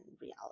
reality